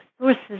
sources